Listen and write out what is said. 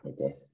Okay